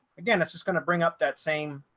again, that's just going to bring up that same